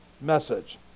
message